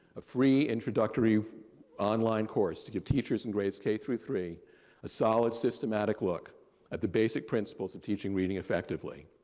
a free introductory online course to give teachers in grades k through three a solid systematic look at the basic principles of teaching reading effectively.